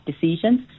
decisions